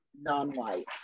non-white